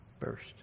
first